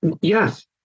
Yes